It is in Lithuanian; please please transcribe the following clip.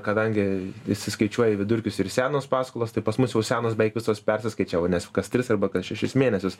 kadangi visi skaičiuoja vidurkius ir senos paskolos tai pas mus jau senos beveik visos perskaičiavo nes kas tris arba kas šešis mėnesius